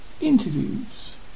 interviews